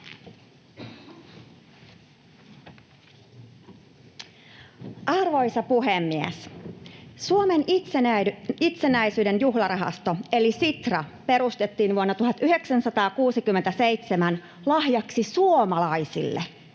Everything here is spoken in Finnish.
Arvoisa puhemies! Suomen itsenäisyyden juhlarahasto eli Sitra perustettiin vuonna 1967 lahjaksi suomalaisille